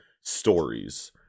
stories